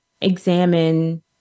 examine